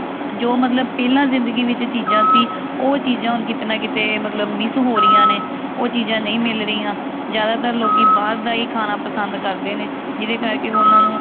ਜੋ ਮਤਲਬ ਪਹਿਲਾਂ ਜ਼ਿੰਦਗੀ ਵਿੱਚ ਚੀਜ਼ਾਂ ਸੀ ਉਹ ਚੀਜ਼ਾਂ ਹੁਣ ਕਿਤੇ ਨਾ ਕਿਤੇ ਮਤਲਬ ਮਿਸ ਹੋ ਰਹੀਆਂ ਨੇ ਉਹ ਚੀਜ਼ਾਂ ਨਹੀਂ ਮਿਲ ਰਹੀਆਂ ਜ਼ਿਆਦਾਤਰ ਲੋਕ ਬਾਹਰ ਦਾ ਹੀ ਖਾਣਾ ਪਸੰਦ ਕਰਦੇ ਨੇ ਜਿਹਦੇ ਕਰਕੇ ਉਹਨਾਂ ਨੂੰ